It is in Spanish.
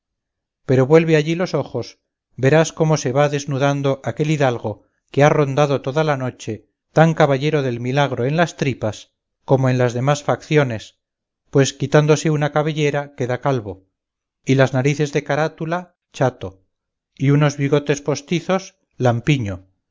pero vuelve allí los ojos verás cómo se va desnudando aquel hidalgo que ha rondado toda la noche tan caballero del milagro en las tripas como en las demás facciones pues quitándose una cabellera queda calvo y las narices de carátula chato y unos bigotes postizos lampiño